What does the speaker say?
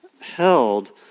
held